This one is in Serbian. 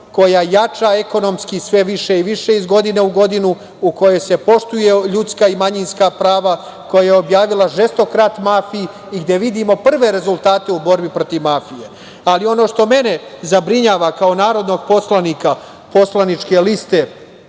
koja jača ekonomski sve više iz godine u godinu, u kojoj se poštuju ljudska i manjinska prava, koja je objavila žestok rat mafiji i gde vidimo prve rezultate u borbi protiv mafije. Ali, ono što mene zabrinjava kao narodnog poslanika poslaničke liste